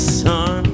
sun